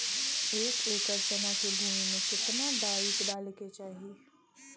एक एकड़ चना के भूमि में कितना डाई डाले के चाही?